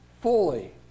fully